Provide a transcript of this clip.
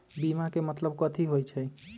बीमा के मतलब कथी होई छई?